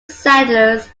settlers